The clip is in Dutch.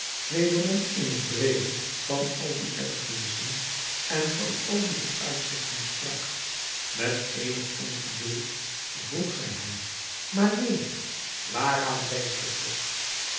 wederom in t breede van al die erfenissen en van al die vooruitzichten sprak met eenig ongeduld vroeg zij hem maar neef waaraan denkt ge toch